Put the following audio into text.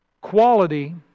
quality